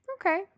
Okay